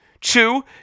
Two